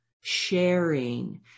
sharing